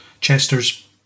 Chester's